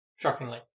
shockingly